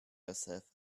yourself